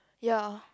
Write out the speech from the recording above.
ya